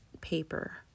paper